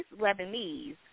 Lebanese